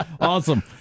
Awesome